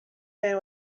man